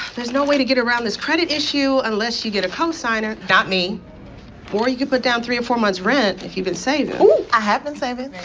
there's no way to get around this credit issue unless you get a co-signer not me or you could put down three or four months' rent if you've been saving ooh, i have been saving